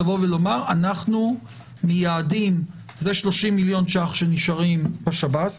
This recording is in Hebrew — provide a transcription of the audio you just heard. לומר: זה 30 מיליון ₪ שנשארים בשב"ס,